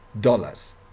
dollars